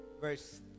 verse